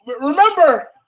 remember